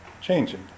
changing